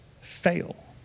fail